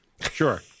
sure